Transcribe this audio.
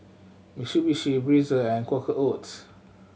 Mitsubishi Breezer and Quaker Oats